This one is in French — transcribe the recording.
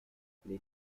les